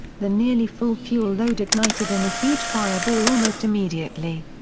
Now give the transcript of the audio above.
the nearly full fuel load ignited in a huge fireball almost immediately.